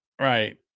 Right